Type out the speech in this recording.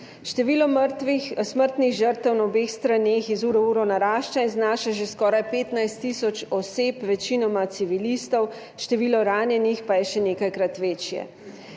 Število smrtnih žrtev na obeh straneh iz ure v uro narašča in znaša že skoraj 15 tisoč oseb, večinoma civilistov, število ranjenih pa je še nekajkrat večje.